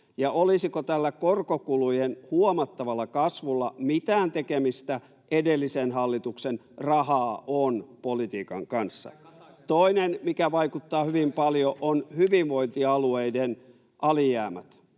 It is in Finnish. ja olisiko tällä korkokulujen huomattavalla kasvulla mitään tekemistä edellisen hallituksen rahaa on ‑politiikan kanssa? [Markus Lohi: Tai Kataisen hallituksen?] Toinen, mikä vaikuttaa hyvin paljon, on hyvinvointialueiden alijäämät.